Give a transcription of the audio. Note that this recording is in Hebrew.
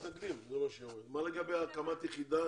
מה לגבי הקמת היחידה?